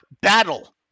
battle